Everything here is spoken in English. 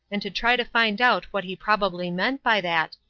and to try to find out what he probably meant by that,